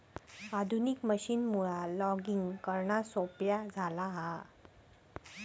आधुनिक मशीनमुळा लॉगिंग करणा सोप्या झाला हा